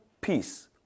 peace